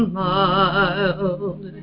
mild